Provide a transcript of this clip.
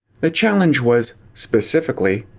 the challenge was, specifically,